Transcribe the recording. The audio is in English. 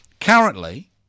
currently